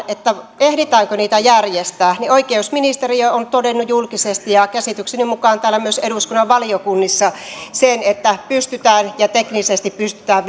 että ehditäänkö niitä järjestää niin oikeusministeriö on todennut julkisesti ja käsitykseni mukaan täällä myös eduskunnan valiokunnissa sen että pystytään ja että teknisesti pystytään